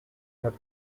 have